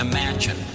Imagine